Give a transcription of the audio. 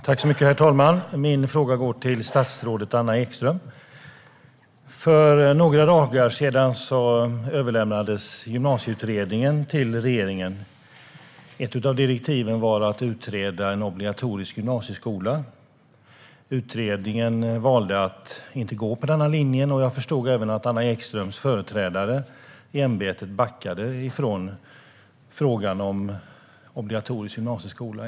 Herr talman! Min fråga går till statsrådet Anna Ekström. För några dagar sedan överlämnade Gymnasieutredningen sitt betänkande till regeringen. Ett av direktiven var att man skulle utreda en obligatorisk gymnasieskola. Utredningen valde att inte gå på denna linje. Jag förstod även att Anna Ekströms företrädare i ämbetet backade i frågan om obligatorisk gymnasieskola.